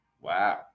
Wow